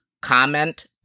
comment